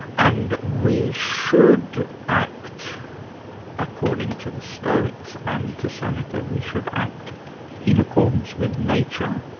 and we should act according to the stoics, and to seneca, we should act in accordance with nature?